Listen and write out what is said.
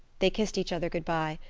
they kissed each other good-by.